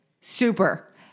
super